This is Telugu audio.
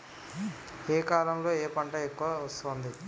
ఏ కాలంలో ఏ పంట ఎక్కువ వస్తోంది?